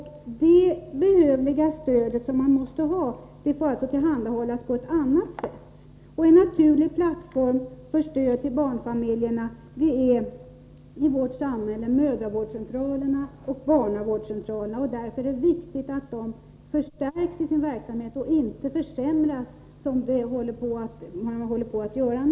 Det behövliga stödet som man måste ha får alltså tillhandahållas på ett annat sätt. En naturlig plattform i vårt samhälle för stödet till barnfamiljerna är mödravårdscentralerna och barnavårdscentralerna. Därför är det viktigt att deras verksamhet förstärks och inte försämras, som nu håller på att ske.